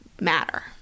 matter